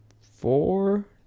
four